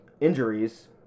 injuries